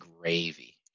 gravy